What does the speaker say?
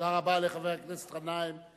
תודה רבה לחבר הכנסת גנאים.